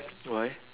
why